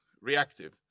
reactive